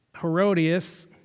Herodias